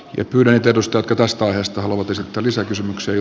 nyt yhdentetusta kankaasta josta lotus että ratkaisumalliin